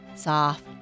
soft